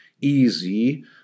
easy